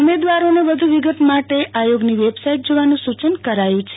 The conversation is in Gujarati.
ઉમેદવારોને વધુ વિગત માટે આયોગની વેબ સાઈટ જોવાનું સૂચન કરાયું છે